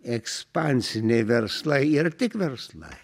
ekspansiniai verslai yra tik verslai